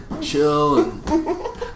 chill